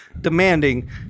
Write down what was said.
demanding